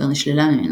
אשר נשללה ממנו,